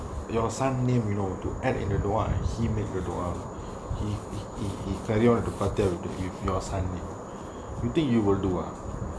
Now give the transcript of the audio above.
your son name you know to add in the dua right he make the dua he he he carry on பாத்தியா வீட்டுக்கு:paathiyaa veetuku if your son name you think you will do ah